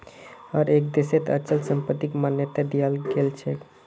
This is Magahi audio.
हर एक देशत अचल संपत्तिक मान्यता दियाल गेलछेक